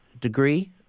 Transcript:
degree